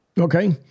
Okay